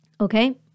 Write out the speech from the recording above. okay